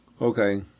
Okay